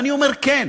ואני אומר, כן.